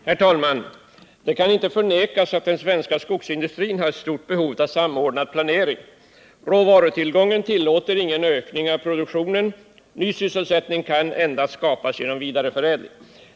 Herr talman! Det kan inte förnekas att den svenska skogsindustrin har ett stort behov av samordnad planering. Råvarutillgången tillåter ingen ökning av produktionen. Ny sysselsättning kan skapas endast genom vidareförädling.